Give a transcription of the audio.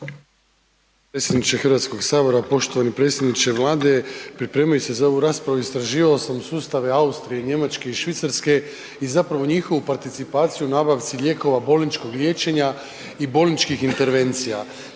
HS, poštovani predsjedniče Vlade, pripremajući se za ovu raspravu istraživao sam sustave Austrije, Njemačke i Švicarske i zapravo njihovu participaciju u nabavci lijekova bolničkog liječenja i bolničkih intervencija.